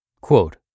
Quote